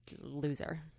loser